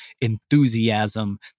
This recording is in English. enthusiasm